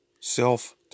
self